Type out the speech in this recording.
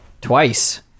twice